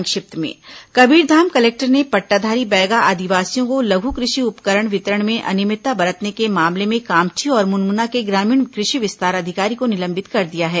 संक्षिप्त समाचार कबीरधाम कलेक्टर ने पट्टाधारी बैगा आदिवासियों को लघु कृषि उपकरण वितरण में अनियमितता बरतने के मामले में कामठी और मुनमुना के ग्रामीण कृषि विस्तार अधिकारी को निलंबित कर दिया है